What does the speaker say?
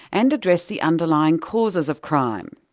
and address the underlying causes of crime.